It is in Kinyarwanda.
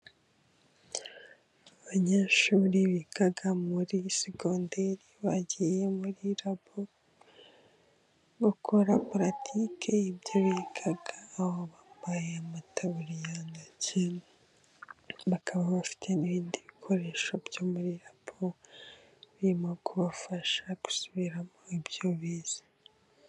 Abanyeshuri biga muri segondere bagiye muri labo gukora paratiki y' ibyo biga, aho bambaye amataburiya ndetse bakaba bafite n'ibindi bikoresho byo muri rabo, birimo kubafasha gusubiramo ibyo bize.